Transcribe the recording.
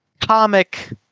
comic